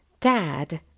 Dad